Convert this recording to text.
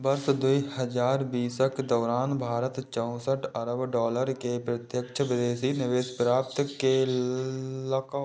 वर्ष दू हजार बीसक दौरान भारत चौंसठ अरब डॉलर के प्रत्यक्ष विदेशी निवेश प्राप्त केलकै